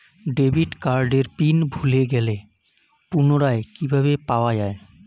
Debit কার্ডের PIN ভুলে গেলে পুনরায় কিভাবে পাওয়া য়ায়?